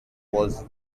was